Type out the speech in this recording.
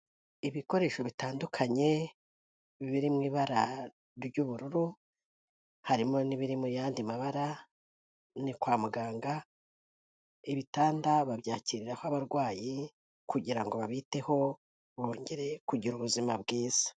Ibikoresho bitandukanye biri mu ibara ry'ubururu, harimo n'ibiri mu yandi mabara ni kwa muganga, ibitanda babyakiriraho abarwayi kugira ngo babiteho bongere kugira ubuzima bwiza.